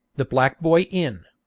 the black boy inn.